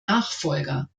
nachfolger